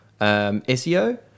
SEO